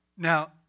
Now